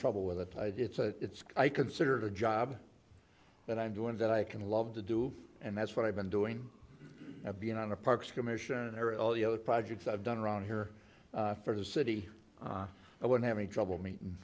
trouble with it it's a it's i consider it a job that i'm doing what i can love to do and that's what i've been doing i've been on the parks commissioner all the other projects i've done around here for the city i wouldn't have any trouble meeting